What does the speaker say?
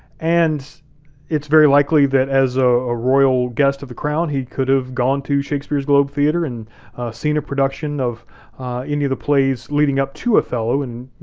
and it's very likely that, as ah a royal guest of the crown, he could've gone to shakespeare's globe theatre and seen a production of any of the plays leading up to othello and